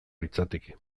litzateke